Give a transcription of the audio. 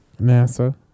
NASA